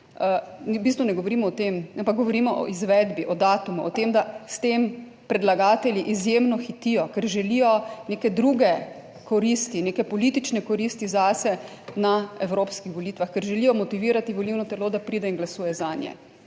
govorimo o izvedbi, o datumu. O tem, da s tem predlagatelji izjemno hitijo, ker želijo neke druge koristi, neke politične koristi zase na evropskih volitvah, ker želijo motivirati volilno telo, da pride in glasuje zanje.